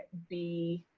be